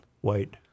White